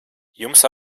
jums